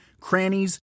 crannies